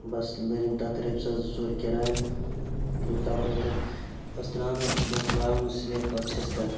بَس لٲجِم تَتھ رۄپیہِ ساس زٕ ژور کِراے گوٚو تَپٲرۍ تہٕ بَس ترٛانوو بَس لاگنو سِلیب پَتہٕ شِستٕر